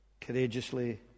courageously